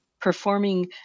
performing